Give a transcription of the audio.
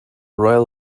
royal